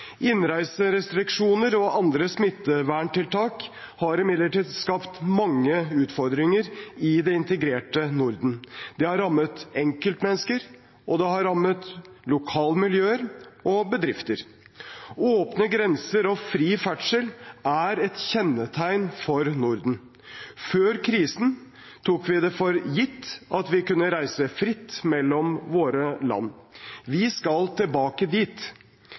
Innreiserestriksjoner og andre smitteverntiltak har imidlertid skapt mange utfordringer i det integrerte Norden. Det har rammet enkeltmennesker, og det har rammet lokalmiljøer og bedrifter. Åpne grenser og fri ferdsel er et kjennetegn for Norden. Før krisen tok vi det for gitt at vi kunne reise fritt mellom våre land. Vi skal tilbake dit.